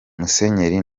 musenyeri